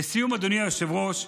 לסיום, אדוני היושב-ראש,